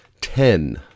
Ten